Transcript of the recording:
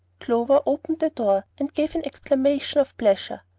clover opened the door, and gave an exclamation of pleasure.